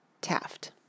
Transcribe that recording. Taft